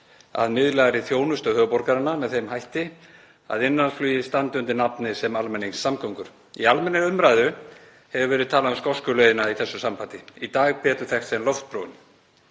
að miðlægri þjónustu höfuðborgarinnar með þeim hætti að innanlandsflugið standi undir nafni sem almenningssamgöngur. Í almennri umræðu hefur verið talað um skosku leiðina í þessu sambandi, í dag betur þekkt sem loftbrúin.